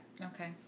Okay